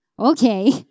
Okay